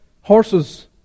horses